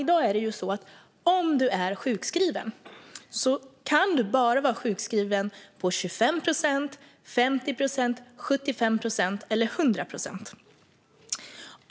I dag kan man bara vara sjukskriven på 25, 50, 75 eller 100 procent.